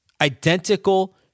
Identical